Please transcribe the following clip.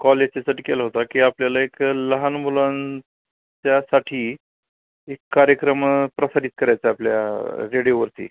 कॉलेजच्यासाठी केला होता की आपल्याला एक लहान मुलांच्यासाठी एक कार्यक्रम प्रसारित करायचा आहे आपल्या रेडिओवरती